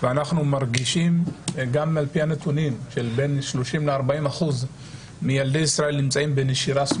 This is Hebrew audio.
ואנחנו מרגישים גם על פי הנתונים ש-30%-40% מילדי ישראל נמצאים בנשירה,